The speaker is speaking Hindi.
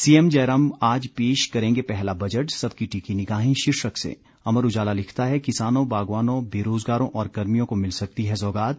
सीएम जयराम आज पेश करेंगे पहला बजट सबकी टिकी निगाहें शीर्षक से अमर उजाला लिखता है किसानों बागवानों बेरोजगारों और कर्मियों को मिल सकती है सौगात